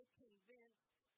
convinced